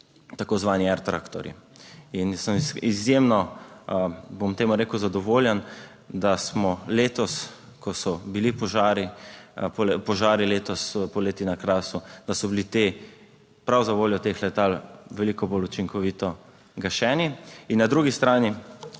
tako imenovani ER traktorji. In sem izjemno, bom temu rekel, zadovoljen, da smo letos, ko so bili požari letos poleti na Krasu, da so bili ti prav zavoljo teh letal veliko bolj učinkovito gašeni. In na drugi strani